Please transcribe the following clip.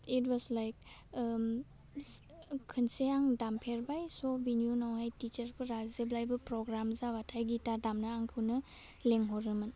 it was like um खोनसे आं दामफेरबाय स' बिनि उनावहाय थिसारफ्रा जेब्लाइबो फ्रग्राम जाबाथाइ गिथार दामनो आंखौनो लेंहरोमोन